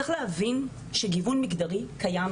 צריך להבין שגיוון מגדרי קיים,